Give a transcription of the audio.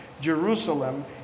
Jerusalem